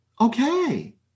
Okay